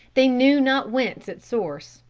they knew not whence its source,